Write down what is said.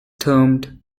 termed